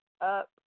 up